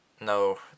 No